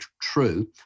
true